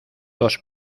dos